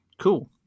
Cool